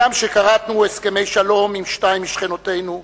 הגם שכרתנו הסכמי שלום עם שתיים משכנותינו,